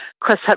Chris